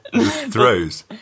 throws